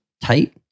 tight